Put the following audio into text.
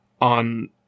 on